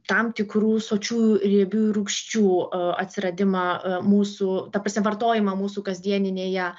tam tikrų sočiųjų riebiųjų rūgščių atsiradimą mūsų ta prasme vartojimą mūsų kasdieninėje